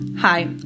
Hi